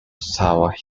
sour